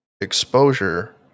exposure